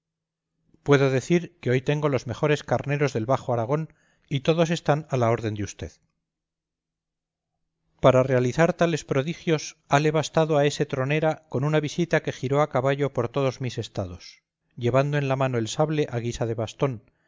puedo decir que hoy tengo los mejores carneros del bajo aragón y todos están a la orden de usted para realizar tales prodigios hale bastado a ese tronera con una visita que giró a caballo por todos mis estados llevando en la mano el sable a guisa de bastón y con una hora que va cada día a las oficinas de